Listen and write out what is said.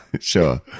sure